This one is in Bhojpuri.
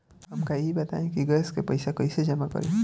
हमका ई बताई कि गैस के पइसा कईसे जमा करी?